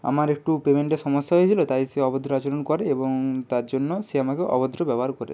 আমার একটু পেমেন্টের সমস্যা হয়েছিলো তাই সে অভদ্র আচরণ করে এবং তার জন্য সে আমাকে অভদ্র ব্যবহার করে